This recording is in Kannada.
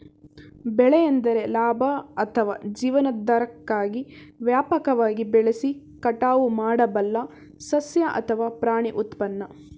ಬೆಳೆ ಎಂದರೆ ಲಾಭ ಅಥವಾ ಜೀವನಾಧಾರಕ್ಕಾಗಿ ವ್ಯಾಪಕವಾಗಿ ಬೆಳೆಸಿ ಕಟಾವು ಮಾಡಬಲ್ಲ ಸಸ್ಯ ಅಥವಾ ಪ್ರಾಣಿ ಉತ್ಪನ್ನ